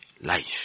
Life